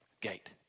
gate